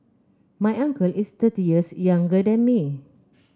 my uncle is thirty years younger than me